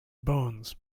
bones